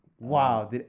Wow